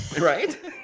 right